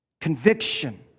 Conviction